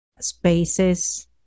spaces